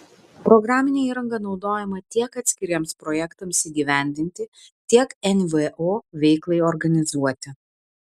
programinė įranga naudojama tiek atskiriems projektams įgyvendinti tiek nvo veiklai organizuoti